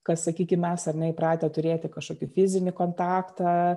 kas sakykim mes ar ne įpratę turėti kažkokį fizinį kontaktą